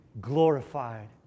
glorified